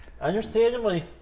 Understandably